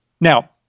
Now